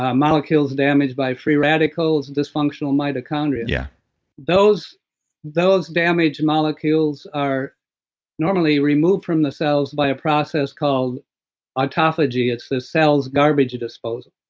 ah molecules damaged by free radicals, and dysfunctional mitochondria yeah those those damaged molecules are normally removed from the cells by a process called autophagy. it's the cell's garbage disposal